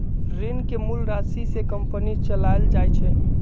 ऋण के मूल राशि से कंपनी चलाएल जाई छई